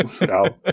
No